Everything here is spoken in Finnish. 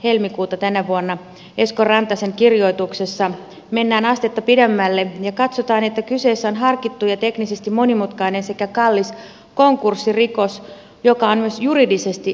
helmikuuta tänä vuonna esko rantasen kirjoituksessa mennään astetta pidemmälle ja katsotaan että kyseessä on harkittu ja teknisesti monimutkainen sekä kallis konkurssirikos joka on myös juridisesti epäilyttävä